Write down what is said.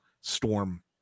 storm –